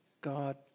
God